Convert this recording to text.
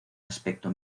aspecto